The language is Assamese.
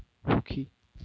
সুখী